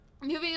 moving